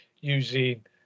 using